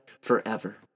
forever